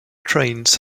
trains